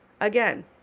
again